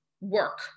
work